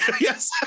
yes